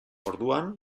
orduan